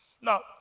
Now